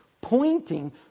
pointing